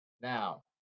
Now